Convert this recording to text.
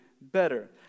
better